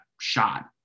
shot